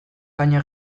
baina